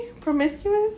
Promiscuous